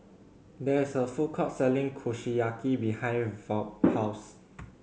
there is a food court selling Kushiyaki behind Vaughn's house